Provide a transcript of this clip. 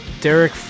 derek